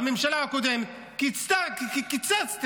בממשלה הקודמת, קיצצתם,